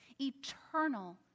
eternal